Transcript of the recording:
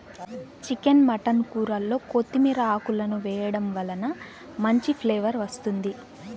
chicken mutton కూరల్లో కొత్తిమీర ఆకులను వేయడం వలన మంచి ఫ్లేవర్ వస్తుంది